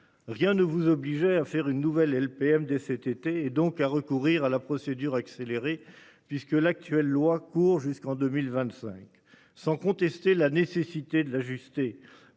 Rien ne vous obligeait à faire une nouvelle LPM dès cet été et donc à recourir à la procédure accélérée, puisque l'actuelle loi court jusqu'en 2025. Sans contester la nécessité de l'ajuster.